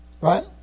Right